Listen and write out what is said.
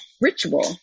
ritual